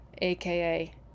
AKA